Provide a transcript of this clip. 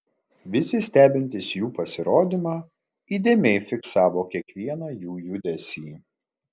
visi stebintys jų pasirodymą įdėmiai fiksavo kiekvieną jų judesį